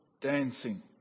dancing